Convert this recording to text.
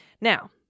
Now